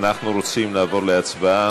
אנחנו רוצים לעבור להצבעה.